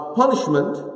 punishment